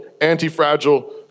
anti-fragile